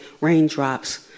raindrops